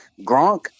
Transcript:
Gronk